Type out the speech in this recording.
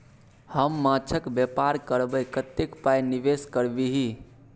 हम माछक बेपार करबै कतेक पाय निवेश करबिही?